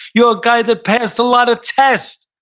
you're a guy that passed a lot of tests.